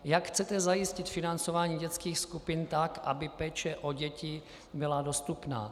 Jak chcete zajistit financování dětských skupin tak, aby péče o děti byla dostupná?